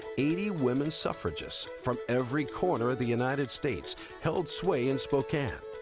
eighty women suffragists from every corner of the united states held sway in spokane.